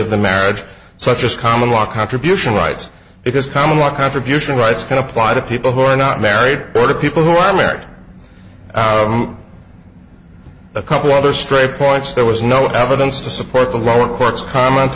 of the marriage such as common law contribution rights because common law contribution rights can apply to people who are not married or the people who are married a couple other straight points there was no evidence to support the lower court's comment